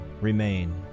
remain